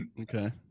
okay